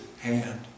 hand